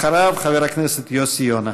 אחריו, חבר הכנסת יוסי יונה.